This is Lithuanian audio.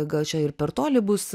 gal čia ir per toli bus